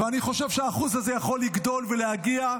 ואני חושב שהאחוז הזה יכול לגדול ולהגיע,